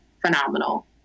phenomenal